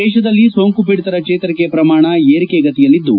ದೇಶದಲ್ಲಿ ಸೋಂಕುಪೀಡಿತರ ಚೇತರಿಕೆ ಪ್ರಮಾಣ ಏರಿಕೆ ಗತಿಯಲ್ಲಿದ್ದು